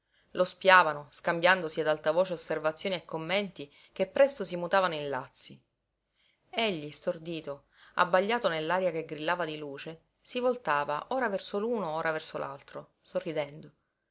lo spiavano scambiandosi ad alta voce osservazioni e commenti che presto si mutavano in lazzi egli stordito abbagliato nell'aria che grillava di luce si voltava ora verso l'uno ora verso l'altro sorridendo